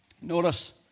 Notice